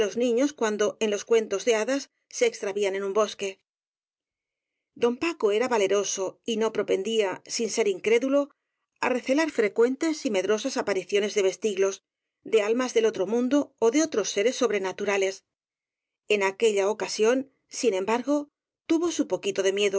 niños cuan do en los cuentos de hadas se extravían en un bosque don paco era valeroso y no propendía sin ser incrédulo á recelar frecuentes y medrosas apari ciones de vestiglos de almas del otro mundo ó de otros seres sobrenaturales en aquella ocasión sin embargo tuvo su poquito de